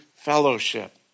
Fellowship